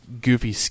goofy